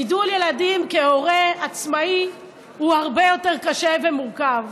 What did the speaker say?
גידול ילדים כהורה עצמאי הוא הרבה יותר קשה ומורכב.